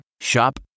Shop